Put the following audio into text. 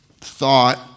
thought